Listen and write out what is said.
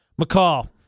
McCall